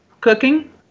cooking